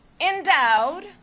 endowed